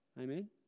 amen